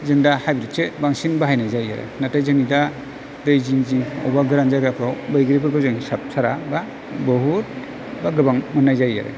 जों दा हाइब्रिद सो बांसिन बाहायनाय जायो आरो नाथाइ जोंनि दा दै जिं जिं अबावबा गोरान जायगाफ्राव बैग्रिफोरखौ जों हिसाब सारा बा बहुद बा गोबां मोननाय जायो आरो